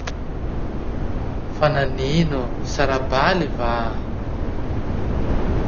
Fa nanino? Sara-baly va?